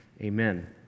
Amen